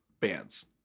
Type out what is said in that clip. bands